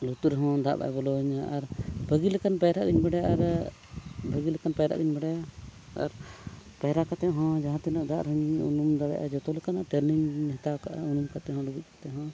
ᱞᱩᱛᱩᱨ ᱨᱮᱦᱚᱸ ᱫᱟᱜ ᱵᱟᱭ ᱵᱚᱞᱚᱣᱧᱟ ᱟᱨ ᱵᱷᱟᱜᱤᱞᱮᱠᱟᱱ ᱯᱟᱭᱨᱟᱜ ᱦᱚᱧ ᱵᱟᱰᱟᱭᱟ ᱟᱨ ᱵᱷᱟᱹᱜᱤ ᱞᱮᱠᱟᱱ ᱯᱟᱭᱨᱟᱜ ᱤᱧ ᱵᱟᱰᱟᱭᱟ ᱟᱨ ᱯᱟᱭᱨᱟ ᱠᱟᱛᱮᱫ ᱦᱚᱸ ᱡᱟᱦᱟᱸ ᱛᱤᱱᱟᱹᱜ ᱫᱟᱜ ᱨᱮᱦᱚᱸᱧ ᱩᱱᱩᱢ ᱫᱟᱲᱮᱭᱟᱜᱼᱟ ᱡᱚᱛᱚᱞᱮᱠᱟᱱᱟᱜ ᱴᱨᱮᱱᱤᱝ ᱤᱧ ᱦᱟᱛᱟᱣ ᱠᱟᱜᱼᱟ ᱩᱱᱩᱢ ᱠᱟᱛᱮ ᱦᱚᱸ ᱰᱩᱵᱩᱡ ᱠᱟᱛᱮ ᱦᱚᱸ